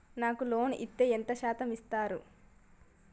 నాకు లోన్ ఇత్తే ఎంత శాతం ఇత్తరు?